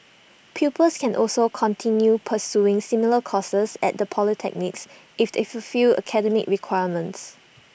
pupils can also continue pursuing similar courses at the polytechnics if they fulfil academic requirements